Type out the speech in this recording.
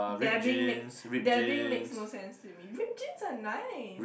dabbing make dabbing makes no sense to me ripped jeans are nice